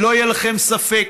אבל שלא יהיה לכם ספק: